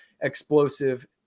explosive